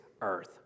earth